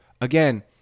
again